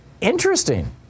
Interesting